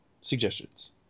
suggestions